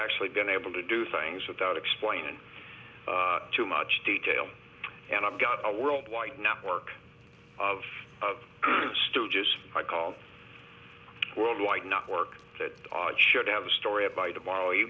actually been able to do things without explaining too much detail and i've got a worldwide network of stooges i call worldwide network that should have a story by tomorrow